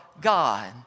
God